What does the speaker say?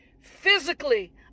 physically